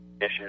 issues